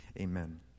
Amen